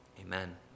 amen